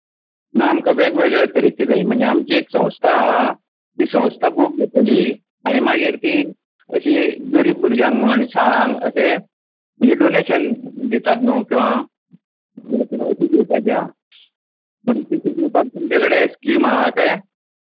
ना आमकां वेग वेगळ्या तरेचीं जाय म्हणचे आमची एक संस्था आहा ती संस्था बूक घेतली आनी मागीर अश्या गरीब भुरग्यांक म्हण शाळांक अशे डोनेशन दितात न्हू किंवा अशीं दिवपाचीं आहा तीं दिवपाक तुमचे कडेन स्कीम आहा काय